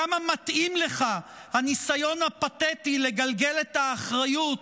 כמה מתאים לך הניסיון הפתטי לגלגל לכתפי רעייתך את האחריות